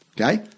Okay